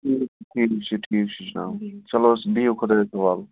ٹھیٖک چھُ ٹھیٖک چھُ جناب چلوحظ بِہِوحظ خۄدایس حوالہٕ